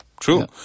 True